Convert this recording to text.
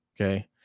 Okay